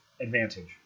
advantage